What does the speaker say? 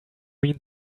mean